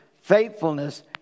faithfulness